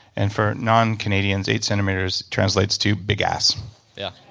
and for non-canadians, eight centimeters translates to big ass yeah